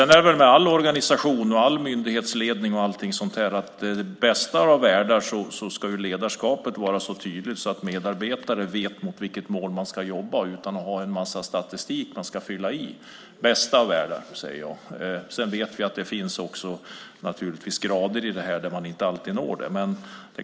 När det gäller all organisation och myndighetsledning gäller väl att i den bästa av världar ska ledarskapet vara så tydligt att medarbetare vet mot vilket mål de ska jobba utan att behöva fylla i en massa statistik. Så är det i den bästa av världar, men vi vet att det naturligtvis finns grader i det hela där man inte alltid når detta mål.